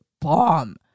bomb